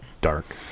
dark